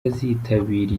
azitabira